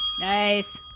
Nice